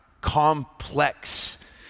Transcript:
complex